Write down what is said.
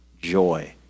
joy